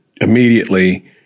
immediately